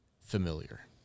familiar